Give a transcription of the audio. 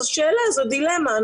זאת שאלה, זו דילמה.